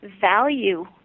value